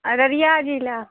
अररिया जिला